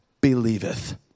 believeth